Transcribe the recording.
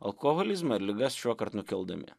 alkoholizmą ir ligas šiuokart nukeldami